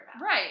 Right